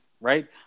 right